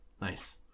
Nice